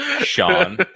Sean